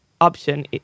option